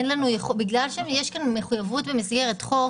בגלל שיש כאן מחויבות במסגרת חוק,